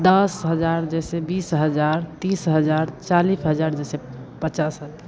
दस हज़ार जैसे बीस हज़ार तीस हज़ार चालीस हज़ार जैसे पचास हज़ार